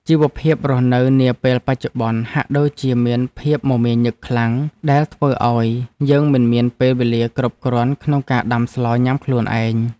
ជីវភាពរស់នៅនាពេលបច្ចុប្បន្នហាក់ដូចជាមានភាពមមាញឹកខ្លាំងដែលធ្វើឱ្យយើងមិនមានពេលវេលាគ្រប់គ្រាន់ក្នុងការដាំស្លញ៉ាំខ្លួនឯង។